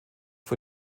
für